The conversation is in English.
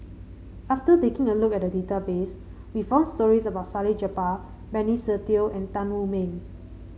after taking a look at the database we found stories about Salleh Japar Benny Se Teo and Tan Wu Meng